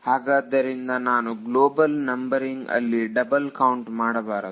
ಹಾಗಾದ್ದರಿಂದ ನಾನು global numbering ಅಲ್ಲಿ double count ಮಾಡಬಾರದು